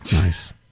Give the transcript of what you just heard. Nice